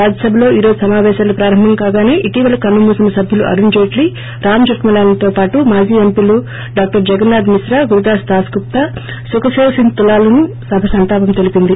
రాజ్యసభలో ఈ రోజు సమాపేశాలు ప్రారంభం కాగానే ఇటీవల కన్నుమూసిన సభ్యులు అరుణ్ జైట్లీ రామ్ జెర్మలానీలతో పాటు మాజీ ఎంపీలు డాక్టర్ జగన్సాథ్ మిత్రా గురుదాస్ దాస్గుప్తా సుఖ్ దేవ్ సింగ్ తులలకు సభ సంతాపం తెలిపింది